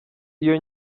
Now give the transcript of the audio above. iyo